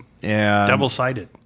Double-sided